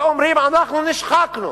ואומרים: אנחנו נשחקנו,